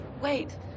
Wait